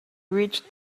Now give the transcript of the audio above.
reach